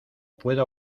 puedo